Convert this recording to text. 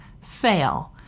fail